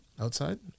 outside